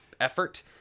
effort